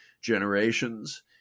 generations